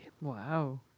Wow